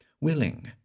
willing